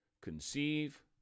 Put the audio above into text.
Conceive